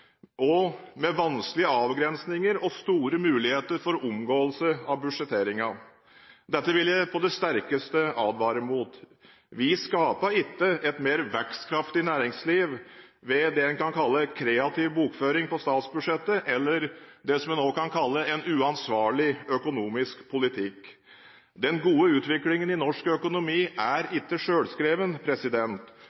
med vanskelige avgrensninger og store muligheter for omgåelse av budsjetteringen. Dette vil jeg på det sterkeste advare mot. Vi skaper ikke et mer vekstkraftig næringsliv ved det en kan kalle kreativ bokføring på statsbudsjettet, eller det en også kan kalle en uansvarlig økonomisk politikk. Den gode utviklingen i norsk økonomi er